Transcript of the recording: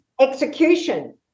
execution